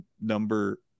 number